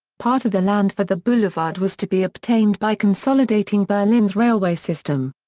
part of the land for the boulevard was to be obtained by consolidating berlin's railway system.